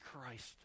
Christ